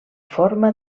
forma